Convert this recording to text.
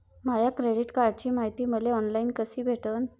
माया credit कार्डची मायती मले ऑनलाईन कसी भेटन?